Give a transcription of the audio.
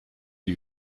die